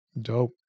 Dope